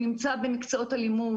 הוא נמצא במקצועות הלימוד,